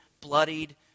bloodied